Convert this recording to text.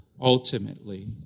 ultimately